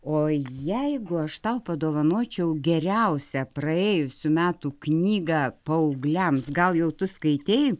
o jeigu aš tau padovanočiau geriausią praėjusių metų knygą paaugliams gal jau tu skaitei